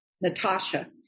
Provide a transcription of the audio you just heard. Natasha